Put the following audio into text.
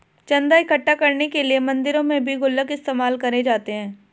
चन्दा इकट्ठा करने के लिए मंदिरों में भी गुल्लक इस्तेमाल करे जाते हैं